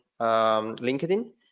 linkedin